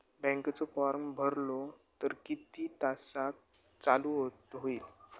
बँकेचो फार्म भरलो तर किती तासाक चालू होईत?